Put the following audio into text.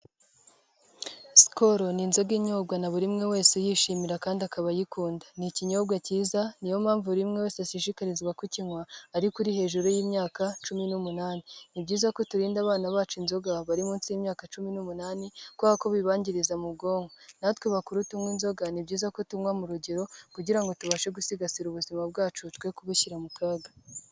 Skol ni inzoga inyobwa na buri umwe wese uyishimira kandi akaba ayikunda. Ni ikinyobwa kiza, niyo mpamvu buri umwe wese ashishikarizwa kukinywa, ariko ari hejuru y'imyaka cumi n'umunani. Ni byiza ko turinda abana bacu inzoga bari munsi y'imyaka cumi n'umunani kubera bibangiriza mu bwonko, natwe bakuru tunywa inzoga ni byiza ko tunywa mu rugero kugira ngo tubashe gusigasira ubuzima bwacu twe kubabushyira mu kaga.